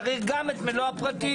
צריך גם את מלוא הפרטים.